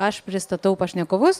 aš pristatau pašnekovus